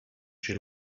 she